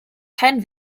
kein